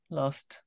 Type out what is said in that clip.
last